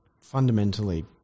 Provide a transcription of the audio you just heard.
fundamentally